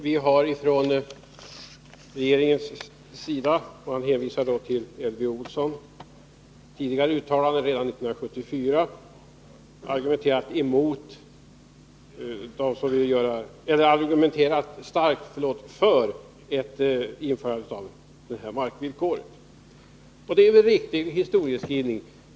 Oskar Lindkvist hänvisar till tidigare uttalanden som Elvy Olsson har gjort redan 1974 och säger att man från regeringens sida har argumenterat starkt för ett införande av markvillkoret. Det är en riktig historieskrivning.